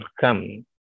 come